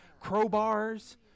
Crowbars